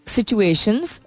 situations